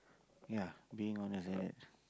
ya being honest right